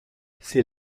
c’est